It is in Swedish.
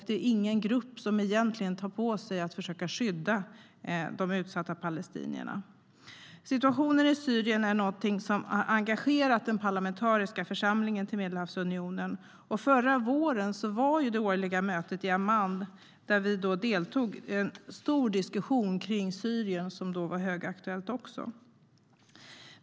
Det är ingen grupp som egentligen tar på sig att försöka skydda de utsatta palestinierna. Situationen i Syrien är något som har engagerat den parlamentariska församlingen till Medelhavsunionen. Förra våren var det årliga mötet i Amman där vi deltog i en stor diskussion om Syrien som då var högaktuellt också.